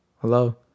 hello